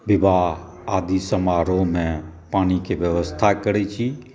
विवाह आदि समारोहमे पानिके व्यवस्था करै छी